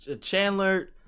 Chandler